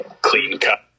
clean-cut